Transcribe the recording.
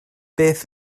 beth